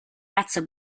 razza